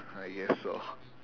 I guess so